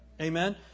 Amen